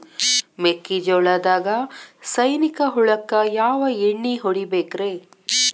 ಮೆಕ್ಕಿಜೋಳದಾಗ ಸೈನಿಕ ಹುಳಕ್ಕ ಯಾವ ಎಣ್ಣಿ ಹೊಡಿಬೇಕ್ರೇ?